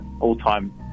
all-time